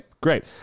great